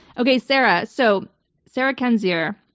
okay, sarah. so sarah kendzior,